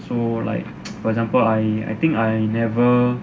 so like for example I think I never